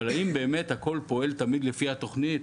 אבל האם באמת הכול פועל תמיד לפי התוכנית?